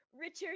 Richard